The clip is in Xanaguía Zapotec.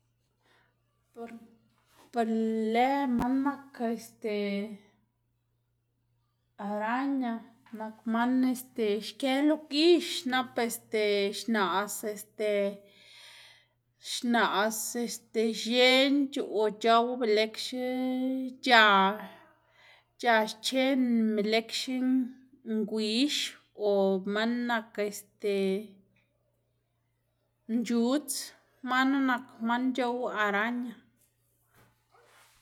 por be lë man nak este araña nak man este xkë lo gix nap este xnaꞌs este, xnaꞌs este x̱enc̲h̲ o c̲h̲ow belëkxe c̲h̲a c̲h̲a xcheꞌn belëkxe ngwix o man nak este mc̲h̲uꞌdz manu nak man c̲h̲ow araña.